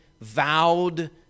vowed